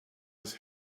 his